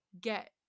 get